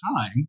time